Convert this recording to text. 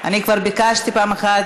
אני כבר ביקשתי פעם אחת.